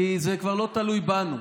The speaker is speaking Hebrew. כי זה כבר לא תלוי בנו.